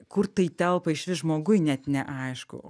kur tai telpa išvis žmoguj net neaišku